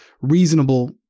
reasonable